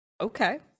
Okay